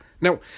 Now